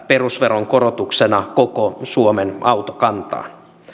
perusveron korotuksena koko suomen autokantaan